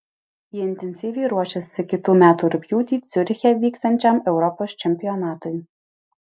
ji intensyviai ruošiasi kitų metų rugpjūtį ciuriche vyksiančiam europos čempionatui